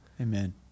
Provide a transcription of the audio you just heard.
Amen